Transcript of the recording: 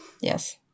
Yes